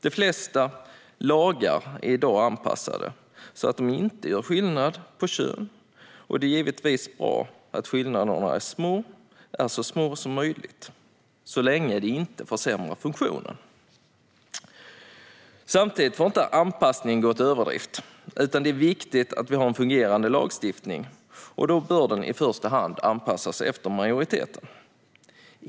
De flesta lagar är i dag anpassade så att de inte gör skillnad på kön. Det är givetvis bra att skillnaderna är så små som möjligt, så länge det inte försämrar funktionen. Samtidigt får inte anpassningen gå till överdrift, utan det är viktigt att vi har en fungerande lagstiftning. Då bör den i första hand anpassas efter majoriteten.